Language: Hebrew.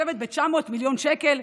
המתוקצבת ב-900 מיליון שקל,